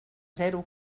zero